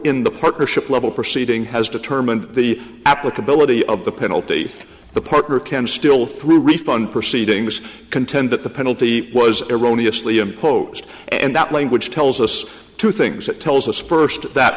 in the partnership level proceeding has determined the applicability of the penalty the partner can still through refund proceedings contend that the penalty was erroneously imposed and that language tells us two things it tells us first that